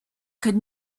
could